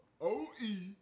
O-E